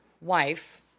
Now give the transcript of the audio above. wife